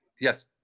Yes